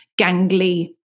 gangly